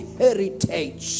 heritage